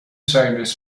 seines